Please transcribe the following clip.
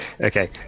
Okay